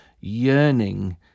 yearning